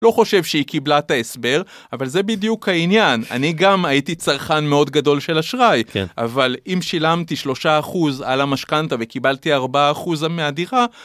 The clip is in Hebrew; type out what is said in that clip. לא חושב שהיא קיבלה את ההסבר אבל זה בדיוק העניין, אני גם הייתי צרכן מאוד גדול של אשראי, אבל אם שילמתי שלושה אחוז על המשכנתא וקיבלתי ארבעה אחוז מהדירה